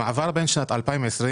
במעבר בין שנת 2021,